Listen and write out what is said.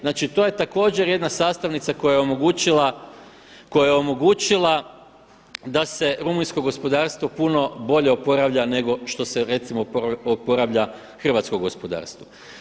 Znači to je također jedna sastavnica koja je omogućila da se rumunjsko gospodarstvo puno bolje oporavlja nego što se recimo oporavlja hrvatsko gospodarstvo.